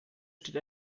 steht